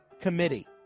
Committee